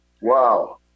Wow